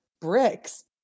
bricks